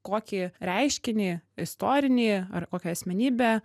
kokį reiškinį istorinį ar kokią asmenybę